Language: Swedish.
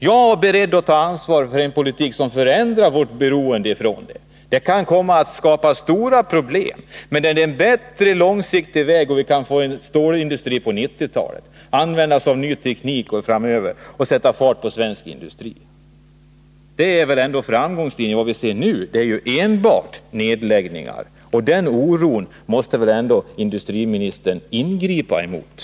Jag är beredd att ta ansvar för en politik som förändrar vårt beroende. Det kan uppstå stora problem, men det är långsiktigt en bättre väg. På 1990-talet kunde vi få en stålindustri, som använder en ny teknik. Då kunde vi sätta fart på svensk industri. Det är väl ändå framgångslinjen. Vad vi ser nu är ju enbart nedläggningar. Industriministern måste väl ändå ingripa och göra någonting för att skingra oron.